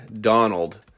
Donald